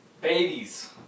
Babies